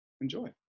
enjoy